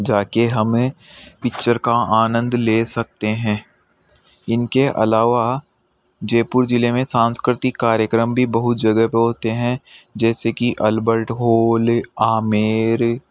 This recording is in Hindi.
जाके हमें पिक्चर का आनंद ले सकते हैं इनके अलावा जयपुर ज़िले में सांस्कृतिक कार्यक्रम भी बहुत जगह पर होते हैं जैसे कि अल्बर्ट होल आमेर